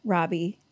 Robbie